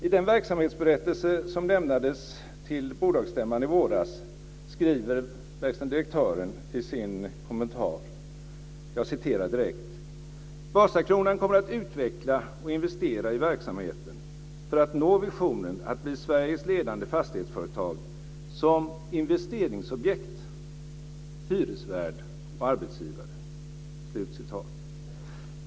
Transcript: I den verksamhetsberättelse som lämnades till bolagsstämman i våras skriver verkställande direktören i sin kommentar: "Vasakronan kommer att utveckla och investera i verksamheten för att nå visionen att bli Sveriges ledande fastighetsföretag som investeringsobjekt, hyresvärd och arbetsgivare."